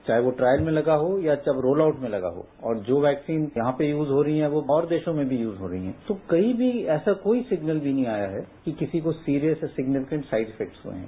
चाहे वो द्रायल में लगा हो या वो रोल आउट में लगा हो और जो वैक्सीन यहां पर यूज हो रही हैं वो और देशों में भी यूज हो रही हैं तो कहीं भी ऐसा कोई सिग्नल भी नहीं आया है कि किसी को serious and significant side effect हुए हैं